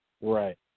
right